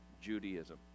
Judaism